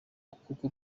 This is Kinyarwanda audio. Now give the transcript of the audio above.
kuko